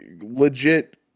legit